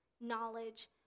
knowledge